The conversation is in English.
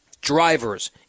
drivers